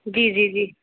जी जी जी